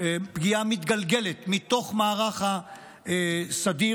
פגיעה מתגלגלת מתוך מערך הסדיר.